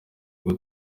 bwo